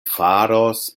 faros